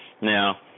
Now